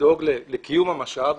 לדאוג לקיום המשאב,